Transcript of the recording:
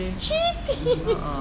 cheating